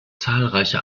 zahlreiche